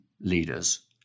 leaders